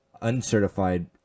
uncertified